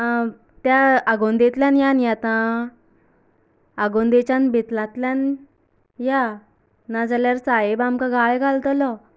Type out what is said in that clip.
त्या आगोंदेतल्यान या न्ही आता आगोंदेंच्यान बेतलांतल्यान या नाजाल्यार साहेब आमकां घाळी घालतलो